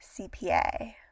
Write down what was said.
CPA